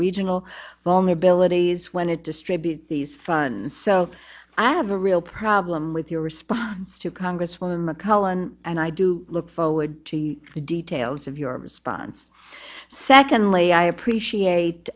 regional vulnerabilities when it distribute these funds so i have a real problem with your response to congresswoman mcmullen and i do look forward to the details of your response secondly i appreciate